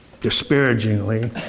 disparagingly